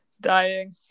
Dying